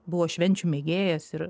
buvo švenčių mėgėjas ir